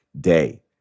day